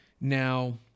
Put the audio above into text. Now